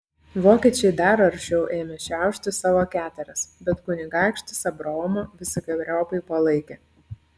vokiečiai dar aršiau ėmė šiaušti savo keteras bet kunigaikštis abraomą visokeriopai palaikė